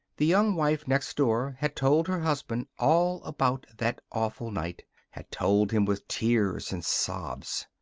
the young wife next door had told her husband all about that awful night had told him with tears and sobs.